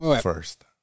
first